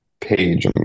page